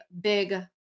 big